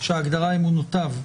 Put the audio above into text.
ההגדרה "אמונותיו".